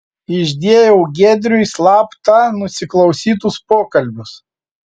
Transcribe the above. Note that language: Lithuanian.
išdėjau giedriui slapta nusiklausytus pokalbius